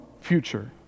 future